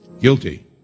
guilty